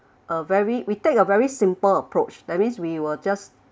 a very we take a very simple approach that means we will just